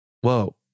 Whoa